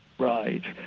right.